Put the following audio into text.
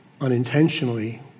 unintentionally